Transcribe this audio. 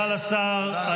תודה לשר.